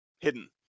hidden